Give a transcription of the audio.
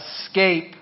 escape